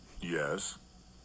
Yes